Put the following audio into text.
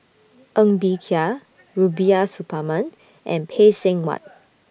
Ng Bee Kia Rubiah Suparman and Phay Seng Whatt